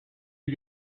you